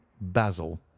Basil